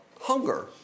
hunger